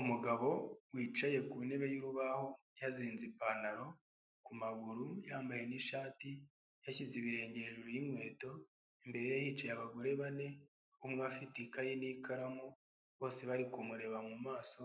Umugabo wicaye ku ntebe y'urubaho yazinze ipantaro ku maguru, yambaye n'ishati yashyize ibirenge hejuru y'inkweto, imbere ye hicaye abagore bane, umwe afite ikayi n'ikaramu bose bari kumureba mu maso